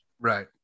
right